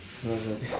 lover